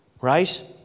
Right